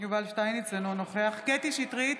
אינו נוכח קטי קטרין שטרית,